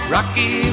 Rocky